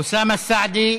אוסאמה סעדי.